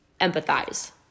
empathize